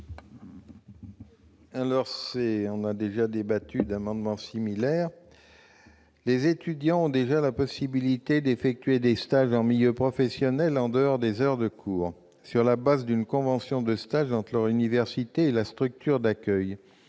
Nous avons déjà débattu d'amendements similaires. Les étudiants ont déjà la possibilité d'effectuer des stages en milieu professionnel en dehors des heures de cours, sur la base d'une convention de stage entre leur université et la structure d'accueil.